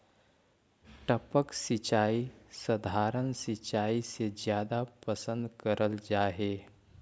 टपक सिंचाई सधारण सिंचाई से जादा पसंद करल जा हे